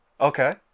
Okay